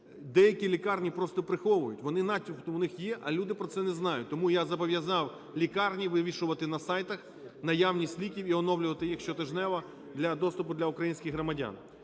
деякі лікарні просто приховують. Вони начебто у них є, а люди про це не знають. Тому я зобов'язав лікарні вивішувати на сайтах наявність ліків і оновлювати їх щотижнево для доступу для українських громадян.